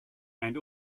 and